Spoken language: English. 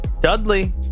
Dudley